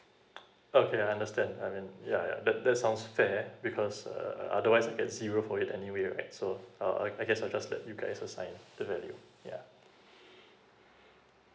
okay I understand I mean yeah yeah that that sounds fair because uh otherwise I get zero for it anyway right so uh I I guess I just let you guys assign the value yeah